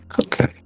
Okay